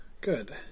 Good